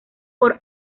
por